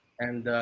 and